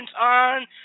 on